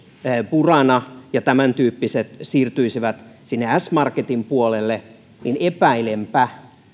burana ja tämäntyyppiset siirtyisivät sinne s marketin puolelle niin epäilenpä